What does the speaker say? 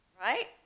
Right